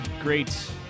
great